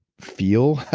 feel.